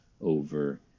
over